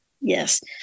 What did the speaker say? Yes